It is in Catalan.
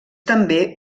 també